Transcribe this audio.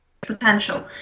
potential